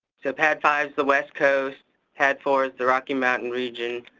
so padd five is the west coast, padd four is the rocky mountain region,